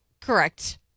Correct